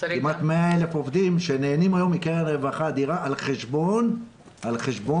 כמעט 100,000 עובדים שנהנים היום מקרן רווחה אדירה על חשבון ההסתדרות.